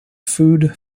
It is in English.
food